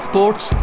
Sports